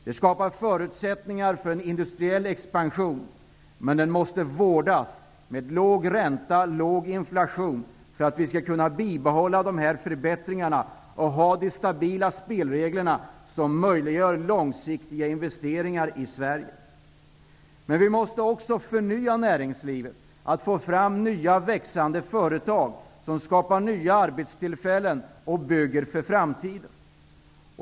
Det skapar förutsättningar för en industriell expansion. Men den måste vårdas med låg ränta, låg inflation för att vi skall kunna bibehålla dessa förbättringar och ha stabila spelregler som möjliggör långsiktiga investeringar i Vi måste också förnya näringslivet, få fram nya växande företag som skapar nya arbetstillfällen och bygger för framtiden.